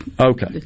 Okay